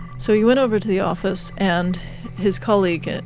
so he went over to the office and his colleague,